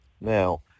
Now